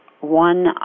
one